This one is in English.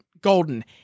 golden